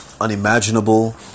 unimaginable